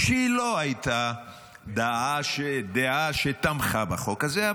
שלא הייתה דעה שתמכה בחוק הזה,